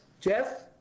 Jeff